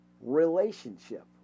relationship